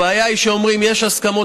הבעיה היא שאומרים: יש הסכמות,